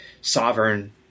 sovereign